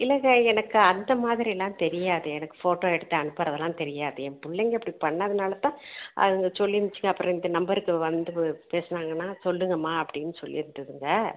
இல்லைங்க எனக்கு அந்த மாதிரி எல்லாம் தெரியாது எனக்கு ஃபோட்டோ எடுத்து அனுப்புகிறதுலாம் தெரியாது என் பிள்ளைங்க அப்படி பண்ணிணதுனாலதான் அதுங்க சொல்லி இருந்துச்சுங்க அப்புறம் இந்த நம்பருக்கு வந்து பேசினாங்கன்னா சொல்லுங்கம்மா அப்படின்னு சொல்லியிருந்ததுங்க